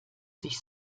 sich